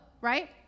right